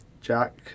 Jack